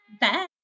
Bye